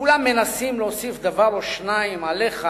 וכולם מנסים להוסיף דבר או שניים עליך,